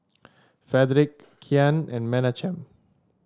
Fredric Kian and Menachem